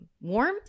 warmth